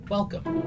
Welcome